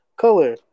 Color